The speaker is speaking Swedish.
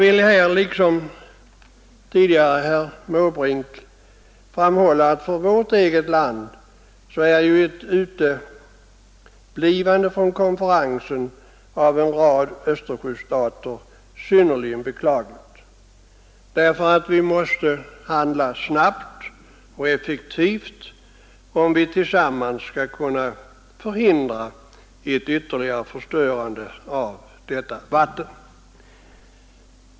Liksom herr Måbrink tidigare vill jag framhålla att för vårt land är ett uteblivande från konferensen av en rad Östersjöstater synnerligen beklagligt, eftersom vi måste handla snabbt och effektivt om vi tillsammans skall kunna förhindra en ytterligare förstöring av Östersjön.